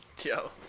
Yo